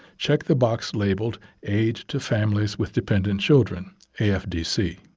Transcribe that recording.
check the box labeled aid to families with dependent children afdc.